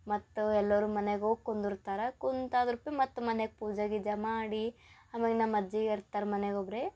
ಮತ್ತು ಎಲ್ಲರೂ ಮನೆಗೆ ಹೋಗ್ ಕುಂದಿರ್ತಾರೆ ಕುಂತು ಆದ್ರ್ ಪೆ ಮತ್ತೆ ಮನೆಗೆ ಪೂಜೆ ಗೀಜೆ ಮಾಡಿ ಆಮೇಲೆ ನಮ್ಮ ಅಜ್ಜಿ ಇರ್ತಾರೆ ಮನೆಗೆ ಒಬ್ಬರೇ